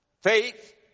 faith